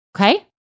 Okay